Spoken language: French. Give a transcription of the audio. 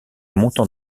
montant